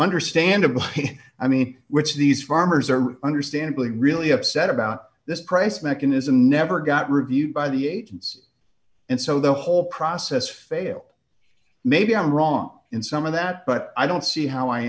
understandably i mean which these farmers are understandably really upset about this price mechanism never got reviewed by the agency and so the whole process failed maybe i'm wrong in some of that but i don't see how i